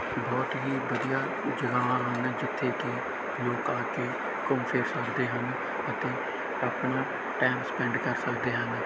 ਬਹੁਤ ਹੀ ਵਧੀਆ ਜਗ੍ਹਾਵਾਂ ਹਨ ਜਿੱਥੇ ਕਿ ਲੋਕ ਆ ਕੇ ਘੁੰਮ ਫਿਰ ਸਕਦੇ ਹਨ ਅਤੇ ਆਪਣਾ ਟਾਈਮ ਸਪੈਂਡ ਕਰ ਸਕਦੇ ਹਨ